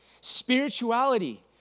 Spirituality